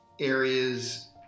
areas